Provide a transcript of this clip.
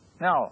Now